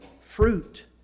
fruit